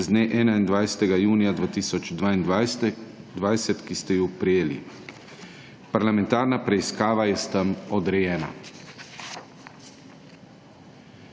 z dne 21. junija 2022, ki ste ju prejeli. Parlamentarna preiskava je s tem odrejena.